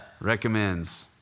Recommends